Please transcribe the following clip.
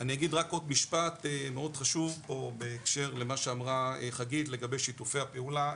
אני רק עוד משפט מאוד חשוב בהקשר למה שאמרה חגית לגבי שיתופי הפעולה,